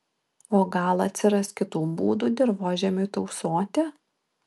o gal atsiras kitų būdų dirvožemiui tausoti